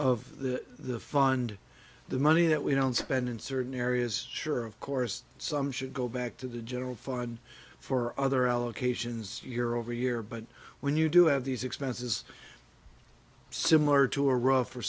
the the fund the money that we don't spend in certain areas sure of course some should go back to the general fund for other allocations year over year but when you do have these expenses similar to a rough or